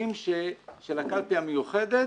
נציגים של הקלפי המיוחדת.